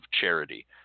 charity